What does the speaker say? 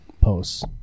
posts